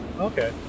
Okay